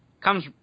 comes